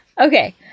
okay